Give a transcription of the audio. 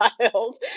child